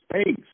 space